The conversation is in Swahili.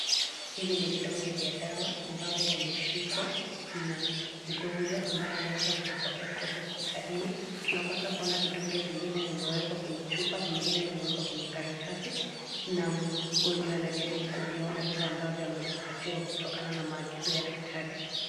Hivi ni vidonge vya dawa ambavyo vimeshikwa na ugonjwa ambayo ameweza kuipokea kutoka hospitalini, tunapata kuona vidonge vingine vimewekwa kwenye chupa na vingine vimewekwa kwenye karatsi na mgonjwa anajaribu kuviona vile ambavyo amepatiwa kutokana na maagizo ya daktari.